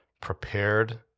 prepared